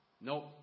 no